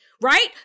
right